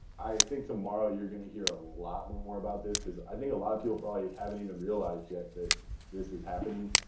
i think tomorrow, you're going to hear a lot more about this because i think a lot of people probably haven't even realised yet that this is happening.